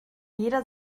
jeder